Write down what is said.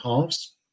halves